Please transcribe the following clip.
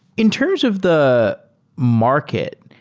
in terms of the market,